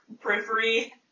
periphery